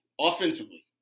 offensively